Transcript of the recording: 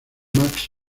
max